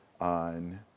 on